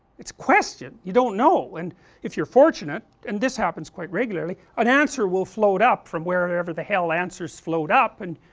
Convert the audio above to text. it's a question, you don't know, and if you are fortunate, and this happens quite regularly, an answer will float up from wherever the hell answers float up and,